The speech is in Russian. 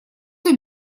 тут